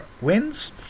wins